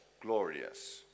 glorious